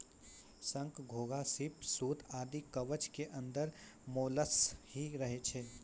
शंख, घोंघा, सीप, सित्तू आदि कवच के अंदर मोलस्क ही रहै छै